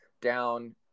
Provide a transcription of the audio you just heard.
down